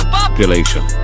Population